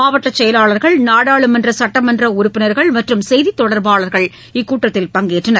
மாவட்ட செயலாளர்கள் நாடாளுமன்ற சட்டமன்ற உறுப்பினர்கள் மற்றும் செய்தி தொடர்பாளர்கள் இக்கூட்டத்தில் பங்கேற்றனர்